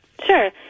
Sure